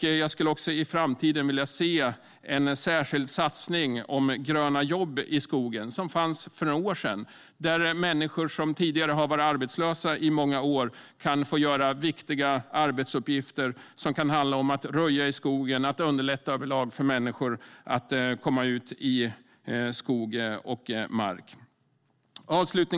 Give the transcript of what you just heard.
Jag skulle också i framtiden vilja se en särskild satsning på gröna jobb i skogen, vilket fanns för några år sedan. Människor som tidigare varit arbetslösa i många år skulle där få utföra viktiga arbetsuppgifter, som att röja i skogen och överlag underlätta för människor att komma ut i skog och mark. Herr talman!